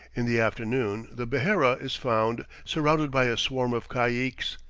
in the afternoon the behera is found surrounded by a swarm of caiques,